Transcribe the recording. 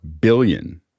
billion